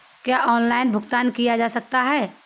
क्या ऑनलाइन भुगतान किया जा सकता है?